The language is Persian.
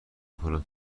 کنم